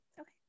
Okay